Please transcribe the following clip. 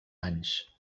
anys